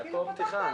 כאילו פתחת הכול.